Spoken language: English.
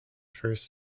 first